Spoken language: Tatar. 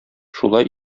шулай